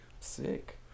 Sick